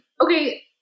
okay